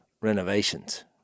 renovations